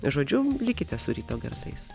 žodžiu likite su ryto garsais